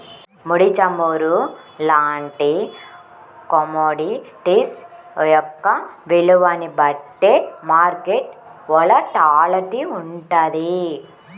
ముడి చమురు లాంటి కమోడిటీస్ యొక్క విలువని బట్టే మార్కెట్ వోలటాలిటీ వుంటది